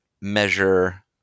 measure